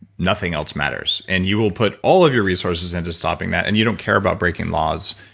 nothing else matters, and you will put all of your resources into stopping that and you don't care about breaking laws,